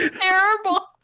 Terrible